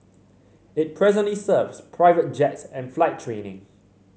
it presently serves private jets and flight training